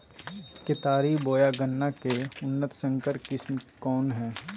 केतारी बोया गन्ना के उन्नत संकर किस्म कौन है?